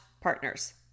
partners